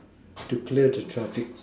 to clear the traffic